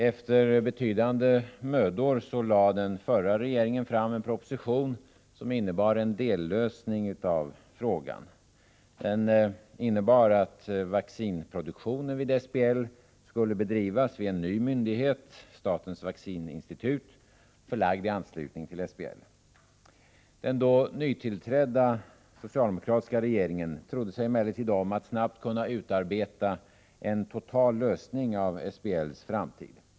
Efter betydande mödor lade den förra regeringen fram en proposition som innebar en dellösning av frågan. Den innebar att vaccinproduktionen vid SBL skulle bedrivas vid en ny myndighet, statens vaccininstitut, förlagd i anslutning till SBL. Den då nytillträdda socialdemokratiska regeringen trodde sig emellertid om att snabbt kunna utarbeta en total lösning beträffande SBL:s framtid.